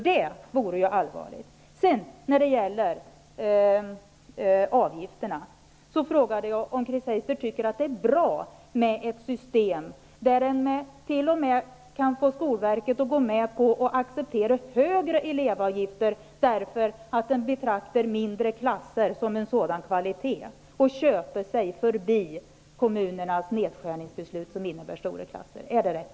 Det vore allvarligt. När det gäller avgifter frågade jag om Chris Heister tycker att det är bra med ett system som t.o.m. innebär att Skolverket kan acceptera högre elevavgifter därför att mindre klasser betraktas som en kvalitet. På så sätt går det att köpa sig förbi kommunernas nedskärningsbeslut som innebär stora klasser. Är det rätt?